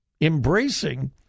embracing